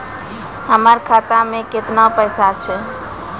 हमर खाता मैं केतना पैसा छह?